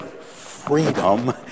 freedom